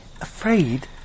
Afraid